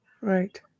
right